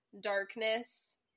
darkness